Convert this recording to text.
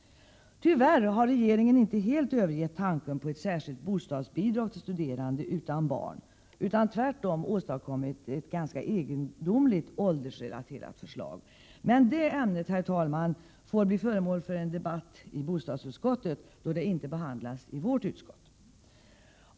Tyvärr har regeringen inte helt övergett tanken på ett särskilt bostadsbidrag till studerande som saknar barn utan tvärtom åstadkommit ett ganska egendomligt åldersrelaterat förslag. Men det ämnet, herr talman, får bli föremål för en debatt i bostadsutskottet, då det inte behandlas av vårt utskott.